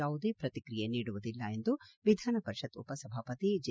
ಯಾವುದೇ ಪ್ರಕ್ತಿಕ್ರಿಯೆ ನೀಡುವುದಿಲ್ಲ ಎಂದು ವಿಧಾನ ಪರಿಷತ್ ಉಪಸಭಾಪತಿ ಜೆ